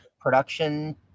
production